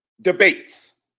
debates